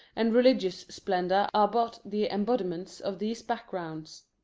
and religious splendor are but the embodiments of these backgrounds.